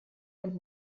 und